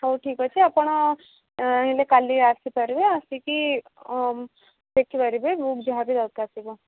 ହଉ ଠିକ୍ ଅଛି ଆପଣ ହେଲେ କାଲି ଆସିପାରିବେ ଆସିକି ଦେଖିପାରିବେ ବୁକ୍ ଯାହାବି ଦରକାର ଥିବ